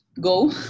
Go